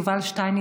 יובל שטייניץ,